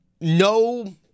no